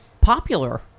popular